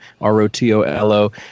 R-O-T-O-L-O